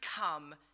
come